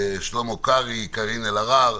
שלמה קרעי, קארין אלהרר,